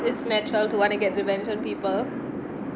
it's natural to want to get revenge on people